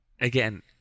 again